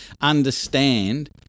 understand